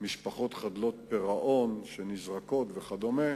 משפחות חדלות פירעון שנזרקות וכדומה,